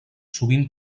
sovint